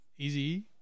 easy